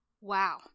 Wow